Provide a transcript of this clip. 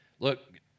Look